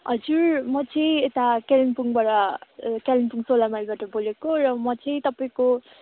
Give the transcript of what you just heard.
हजुर म चाहिँ यता कालिम्पोङबाट कालिम्पोङ सोह्र माइलबाट बोलेको र म चाहिँ तपाईँको